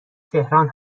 تهران